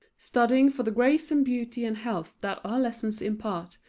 studying for the grace and beauty and health that our lessons impart,